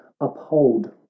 uphold